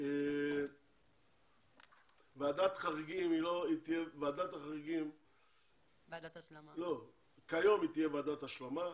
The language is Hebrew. ועדת החריגים תהיה היום ועדת השלמה,